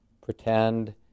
pretend